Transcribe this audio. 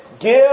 give